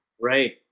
Right